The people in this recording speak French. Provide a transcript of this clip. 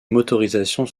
motorisations